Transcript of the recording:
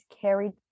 carried